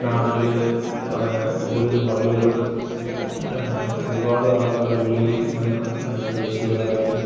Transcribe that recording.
കുട്ടനാട്ടില് കൂടുതലും പള്ളികൾ എന്നാ ഒരുപാട് ആൾക്കാർ വെളിയിൽ നിന്ന് വിദേശികളായാലും